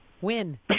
Win